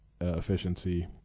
efficiency